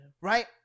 Right